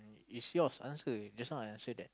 it's yours answer just now I answer that